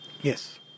Yes